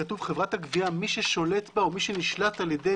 כתוב: חברת הגבייה מי ששולט בה או מי שנשלט על ידי